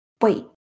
Wait